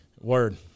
word